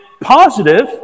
positive